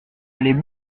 aller